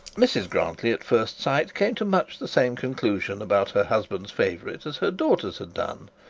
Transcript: mrs grantly at first sight came to much the same conclusion about her husband's favourite as her daughters had done,